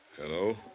Hello